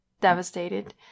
devastated